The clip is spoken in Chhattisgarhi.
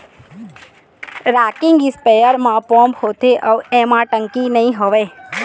रॉकिंग इस्पेयर म पंप होथे अउ एमा टंकी नइ होवय